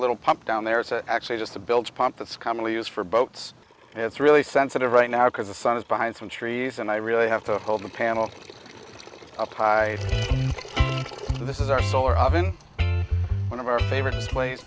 little pump down there it's actually just a built pump that's commonly used for boats and it's really sensitive right now because the sun is behind some trees and i really have to hold the panel a pie this is our solar oven one of our favorite